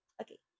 okay